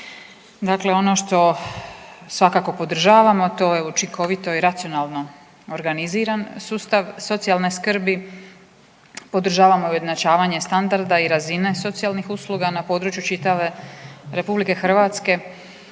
Dakle, ono što svakako podržavamo to je učinkovito i racionalno organiziran sustav socijalne skrbi. Podržavamo i ujednačavanje standarda i razine socijalnih usluga na području čitave Republike Hrvatske.